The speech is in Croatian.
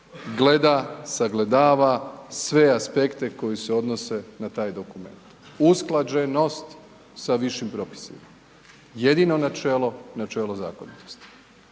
gleda, sagledava sve aspekte koji se odnose na taj dokument. Usklađenost sa višim propisima. Jedino načelo, načelo zakonitosti.